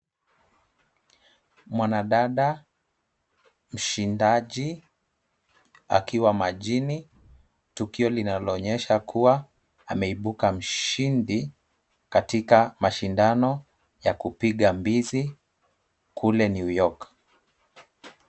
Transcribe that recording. Mwanadada mshindaji akiwa majini, tukio linaloonyesha kuwa ameibuka mshindi katika mashindano ya kupiga mbizi kule New York.